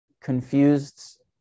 confused